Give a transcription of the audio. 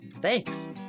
Thanks